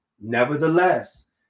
Nevertheless